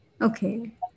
Okay